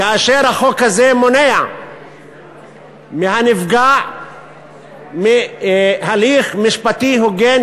כאשר החוק הזה מונע מהנפגע הליך משפטי הוגן,